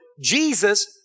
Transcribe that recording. Jesus